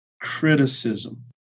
criticism